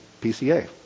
PCA